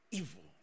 evil